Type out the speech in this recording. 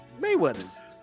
Mayweather's